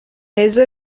heza